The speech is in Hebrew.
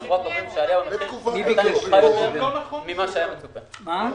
זה פשוט לא נכון.